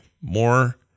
more